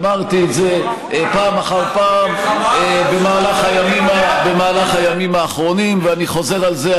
אמרתי את זה פעם אחר פעם במהלך הימים האחרונים ואני חוזר על זה.